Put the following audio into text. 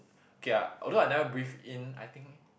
okay ah although I never breathe in I think